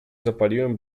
zapaliłem